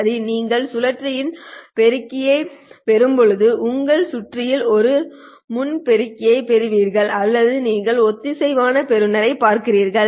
சரி நீங்கள் சுழற்சியில் பெருக்கியைப் பெறும்போது உங்கள் சுற்றில் ஒரு முன் பெருக்கியைப் பெறுவீர்கள் அல்லது நீங்கள் ஒத்திசைவான பெறுநரைப் பார்க்கிறீர்கள்